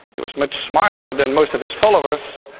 who was much smarter than most of his followers,